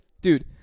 Dude